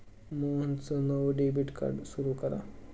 मोहनचं नवं debit card सुरू करा